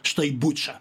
štai buča